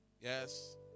Yes